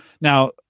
Now